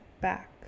back